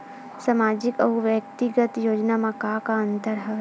सामाजिक अउ व्यक्तिगत योजना म का का अंतर हवय?